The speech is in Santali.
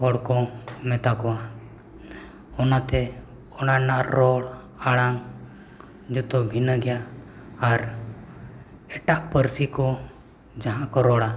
ᱦᱚᱲᱠᱚ ᱢᱮᱛᱟ ᱠᱚᱣᱟ ᱚᱱᱟᱛᱮ ᱚᱱᱟ ᱨᱮᱱᱟᱜ ᱨᱚᱲ ᱟᱲᱟᱝ ᱡᱚᱛᱚ ᱵᱷᱤᱱᱟᱹ ᱜᱮᱭᱟ ᱟᱨ ᱮᱴᱟᱜ ᱯᱟᱹᱨᱥᱤ ᱠᱚ ᱡᱟᱦᱟᱸᱠᱚ ᱨᱚᱲᱟ